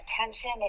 attention